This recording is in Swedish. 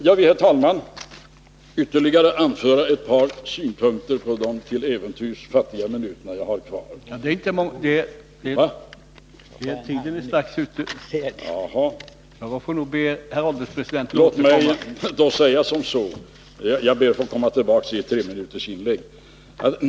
Jag vill, herr talman, anföra ytterligare ett par synpunkter under de fattiga minuter som jag till äventyrs har kvar. Jag ber att få komma tillbaka i ett treminutersinlägg.